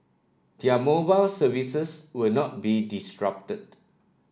their mobile services will not be disrupted